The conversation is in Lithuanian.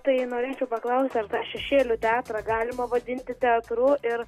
tai norėčiau paklaust ar ta šešėlių teatrą galima vadinti teatru ir